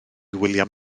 william